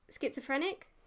schizophrenic